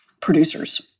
producers